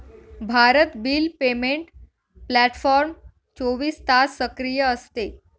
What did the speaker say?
Bharat bill payment platform चोवीस तास सक्रिय असते